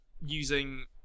using